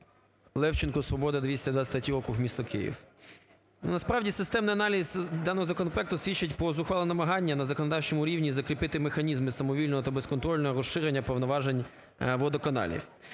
Левченко, "Свобода", 223 округ, місто Київ. Ну, насправді системний аналіз даного законопроекту свідчить про зухвале намагання на законодавчому рівні закріпити механізми самовільного та безконтрольного розширення повноважень водоканалів.